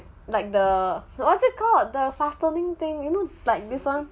like the what's it called the fastening thing you know like people